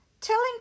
telling